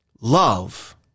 Love